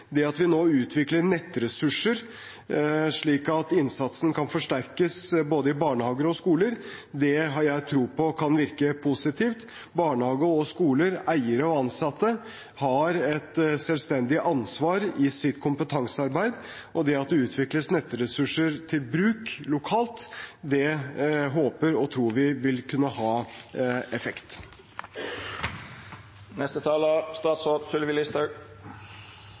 Det at vi nå utvikler nettressurser, slik at innsatsen kan forsterkes både i barnehager og i skoler, har jeg tro på kan virke positivt. Barnehager og skoler, eiere og ansatte, har et selvstendig ansvar i sitt kompetansearbeid, og det at det utvikles nettressurser til bruk lokalt, håper og tror vi vil kunne ha effekt.